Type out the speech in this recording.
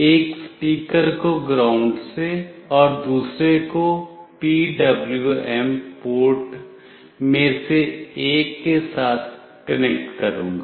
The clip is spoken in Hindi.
एक स्पीकर को ग्राउंड से और दूसरे को PWM पोर्ट में से एक के साथ कनेक्ट करूंगा